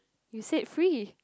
you said free